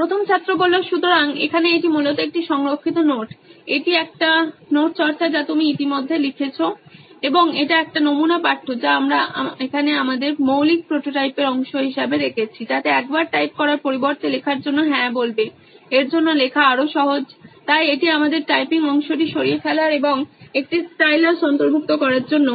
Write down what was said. প্রথম ছাত্র সুতরাং এখানে এটি মূলত একটি সংরক্ষিত নোট এটি একটি নোট চর্চা যা তুমি ইতিমধ্যে লিখেছো এবং এটি একটি নমুনা পাঠ্য যা আমরা এখানে আমাদের মৌলিক প্রোটোটাইপের অংশ হিসাবে রেখেছি যাতে একবার টাইপ করার পরিবর্তে লেখার জন্য হ্যাঁ বলবে এর জন্য লেখা আরও সহজ তাই এটি আমাদের টাইপিং অংশটি সরিয়ে ফেলার এবং একটি স্টাইলাস অন্তর্ভুক্ত করার জন্য